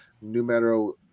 numero